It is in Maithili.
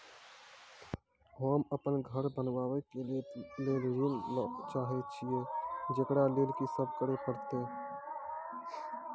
होम अपन घर बनाबै के लेल ऋण चाहे छिये, जेकरा लेल कि सब करें परतै?